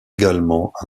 également